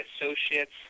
associates